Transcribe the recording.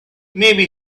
maybe